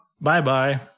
Bye-bye